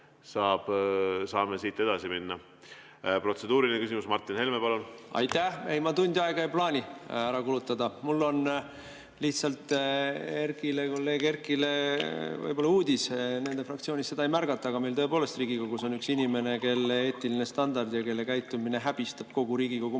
Siis saame siit edasi minna. Protseduuriline küsimus, Martin Helme, palun! Aitäh! Ei, ma tundi aega ei plaani ära kulutada, mul on lihtsalt kolleeg Erkkile võib-olla uudis: nende fraktsioonis seda ei märgata, aga meil tõepoolest Riigikogus on üks inimene, kelle eetiline standard ja käitumine häbistab kogu Riigikogu